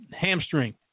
hamstring